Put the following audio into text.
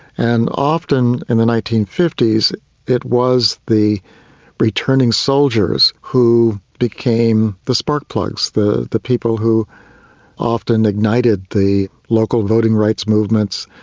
and often in the nineteen fifty s it was the returning soldiers who became the spark plugs, the the people who often ignited the local voting rights movements,